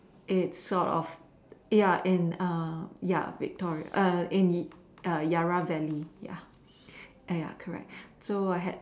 it's sort of ya in a ya Victoria in Yarra-valley ya ya correct